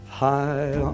high